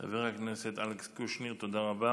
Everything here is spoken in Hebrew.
חבר הכנסת אלכס קושניר, תודה רבה.